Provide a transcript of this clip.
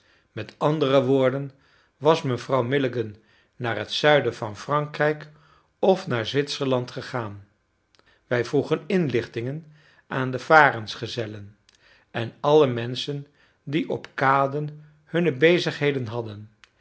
met andere woorden was mevrouw milligan naar het zuiden van frankrijk of naar zwitserland gegaan wij vroegen inlichtingen aan de varensgezellen en alle menschen die op kaden hunne bezigheden hadden